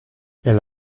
elle